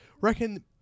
Reckon